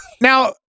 now